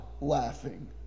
laughing